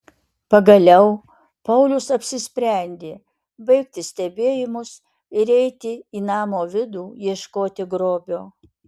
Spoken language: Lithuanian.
pagaliau paulius apsisprendė baigti stebėjimus ir eiti į namo vidų ieškoti grobio